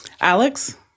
Alex